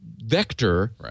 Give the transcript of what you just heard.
vector